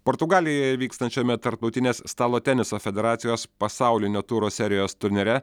portugalijoje vykstančiame tarptautinės stalo teniso federacijos pasaulinio turo serijos turnyre